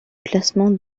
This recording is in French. classement